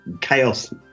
chaos